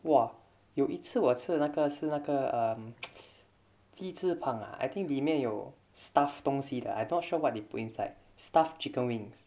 !wah! 有一次我吃的那个是那个 um 鸡翅膀 ah I think 里面有 stuff 东西的 I not sure what they put inside stuffed chicken wings